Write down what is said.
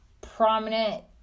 prominent